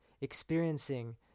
experiencing